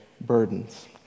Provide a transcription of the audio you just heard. burdens